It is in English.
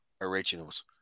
originals